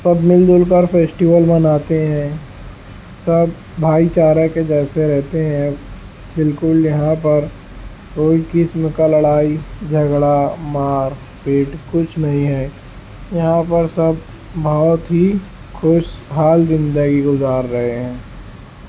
سب مل جل کر فیسٹیول مناتے ہیں سب بھائی چارہ کے جیسے رہتے ہیں بالکل یہاں پر کوئی قسم کا لڑائی جھگڑا مار پیٹ کچھ نہیں ہے یہاں پر سب بہت ہی خوشحال زندگی گزار رہے ہیں